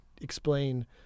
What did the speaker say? explain